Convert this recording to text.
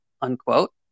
unquote